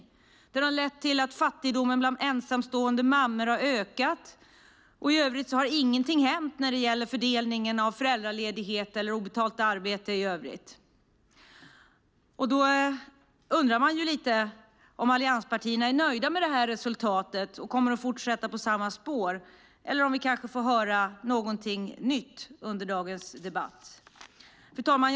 Det har lett till att fattigdomen bland ensamstående mammor har ökat, och i övrigt har ingenting hänt när det gäller fördelningen av föräldraledighet eller obetalt arbete. Då undrar man lite om allianspartierna är nöjda med detta resultat och kommer att fortsätta på samma spår, eller om vi kanske får höra någonting nytt under dagens debatt. Fru talman!